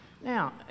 Now